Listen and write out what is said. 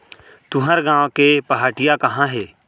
तुंहर गॉँव के पहाटिया कहॉं हे?